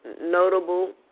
notable